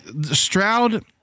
Stroud